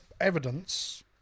evidence